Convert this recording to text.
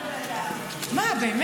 בן ארי